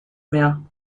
mehr